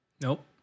Nope